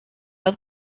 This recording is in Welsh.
oedd